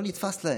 זה לא נתפס להם,